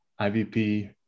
IVP